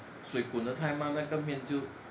水滚得太慢那个面就